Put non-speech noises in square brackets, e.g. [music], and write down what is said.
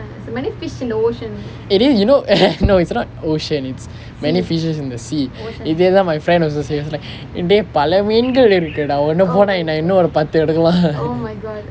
eh then you know [laughs] no it's not ocean it's many fishes in the sea இதே தான் என்:ithe thaan en friend also say he was like dey பல மீன்கள் இருக்கு:pala meenkal irukku dah ஒன்னு போனா என்ன இன்னும் ஒரு பத்து எடுக்கலாம்:onnu ponaa enna innum oru pathu edukkalaam